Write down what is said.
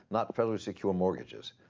not federally secure mortgages,